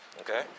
Okay